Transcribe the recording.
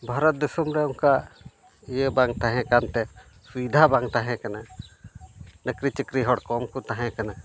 ᱵᱷᱟᱨᱚᱛ ᱫᱤᱥᱚᱢ ᱨᱮ ᱚᱱᱠᱟ ᱤᱭᱟᱹ ᱵᱟᱝ ᱛᱟᱦᱮᱸ ᱠᱟᱱᱛᱮ ᱥᱩᱵᱤᱫᱷᱟ ᱵᱟᱝ ᱛᱟᱦᱮᱸ ᱠᱟᱱᱟ ᱱᱚᱠᱨᱤ ᱪᱟᱠᱨᱤ ᱦᱚᱲ ᱠᱚᱢᱠᱚ ᱛᱟᱦᱮᱸ ᱠᱟᱱᱟ